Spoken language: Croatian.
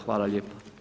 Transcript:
Hvala lijepa.